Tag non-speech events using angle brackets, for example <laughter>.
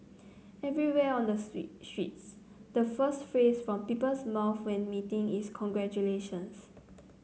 everywhere on the <unintelligible> streets the first phrase from people's mouths when meeting is congratulations